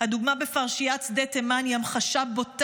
הדוגמה בפרשיית שדה תימן היא המחשה בוטה